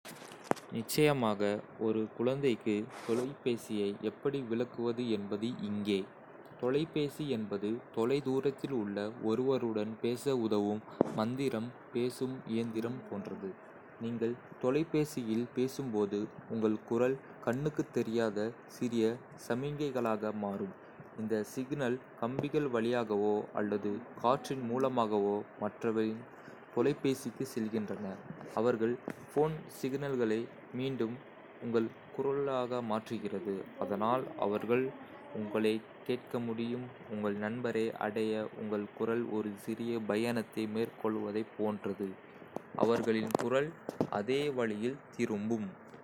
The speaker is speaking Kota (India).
நிச்சயமாக! ஒரு குழந்தைக்கு தொலைபேசியை எப்படி விளக்குவது என்பது இங்கே. தொலைபேசி என்பது தொலைதூரத்தில் உள்ள ஒருவருடன் பேச உதவும் மந்திரம் பேசும் இயந்திரம் போன்றது. நீங்கள் தொலைபேசியில் பேசும்போது, உங்கள் குரல் கண்ணுக்கு தெரியாத சிறிய சமிக்ஞைகளாக மாறும். இந்த சிக்னல்கள் கம்பிகள் வழியாகவோ அல்லது காற்றின் மூலமாகவோ மற்றவரின் தொலைபேசிக்கு செல்கின்றன. அவர்களின் ஃபோன் சிக்னல்களை மீண்டும் உங்கள் குரலாக மாற்றுகிறது, அதனால் அவர்கள் உங்களைக் கேட்க முடியும். உங்கள் நண்பரை அடைய உங்கள் குரல் ஒரு சிறிய பயணத்தை மேற்கொள்வதைப் போன்றது, அவர்களின் குரல் அதே வழியில் திரும்பும்.